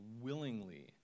willingly